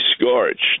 scorched